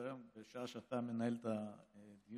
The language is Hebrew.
בסדר-היום בשעה שאתה מנהל את הדיון,